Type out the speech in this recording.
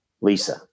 Lisa